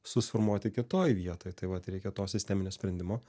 suformuoti kitoj vietoj tai vat reikia to sisteminio sprendimo